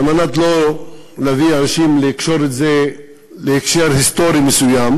על מנת לא להביא אנשים לקשור את זה להקשר היסטורי מסוים,